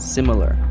Similar